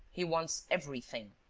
he wants everything,